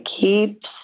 keeps